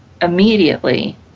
immediately